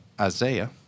Isaiah